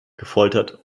gefoltert